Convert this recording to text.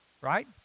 Right